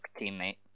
teammate